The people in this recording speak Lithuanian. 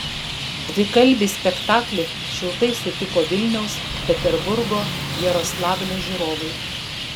dvikalbį spektaklį šiltai sutiko vilniaus peterburgo jaroslavlio žiūrovai